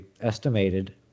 estimated